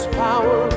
power